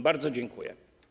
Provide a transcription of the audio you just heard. Bardzo dziękuję.